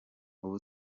ubu